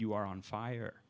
you are on fire